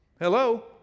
Hello